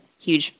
huge